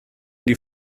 die